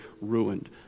ruined